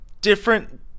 different